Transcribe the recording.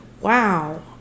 wow